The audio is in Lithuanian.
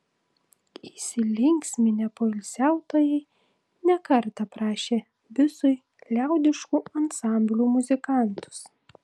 įsilinksminę poilsiautojai ne kartą prašė bisui liaudiškų ansamblių muzikantus